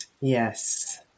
Yes